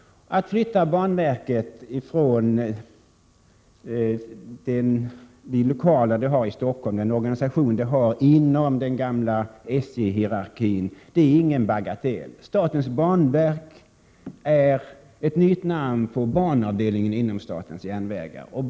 Att flytta banverket och den organisation man hade inom den gamla SJ-hierarkin från dess lokaler i Stockholm är ingen bagatell. Statens banverk är ett nytt namn på banavdelningen inom statens järnvägar.